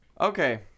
Okay